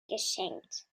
geschenkt